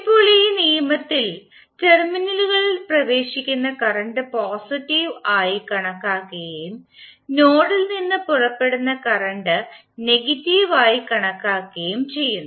ഇപ്പോൾ ഈ നിയമത്തിൽ ടെർമിനലുകളിൽ പ്രവേശിക്കുന്ന കറണ്ട് പോസിറ്റീവ് ആയി കണക്കാക്കുകയും നോഡിൽ നിന്ന് പുറപ്പെടുന്ന കറണ്ട് നെഗറ്റീവ് ആയി കണക്കാക്കുകയും ചെയ്യുന്നു